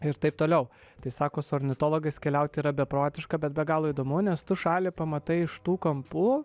ir taip toliau tai sako su ornitologais keliauti yra beprotiška bet be galo įdomu nes tu šalį pamatai iš tų kampų